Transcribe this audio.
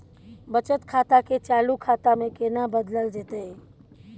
बचत खाता के चालू खाता में केना बदलल जेतै?